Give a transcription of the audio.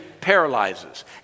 paralyzes